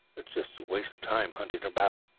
it's just waste of time hunting about,